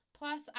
Plus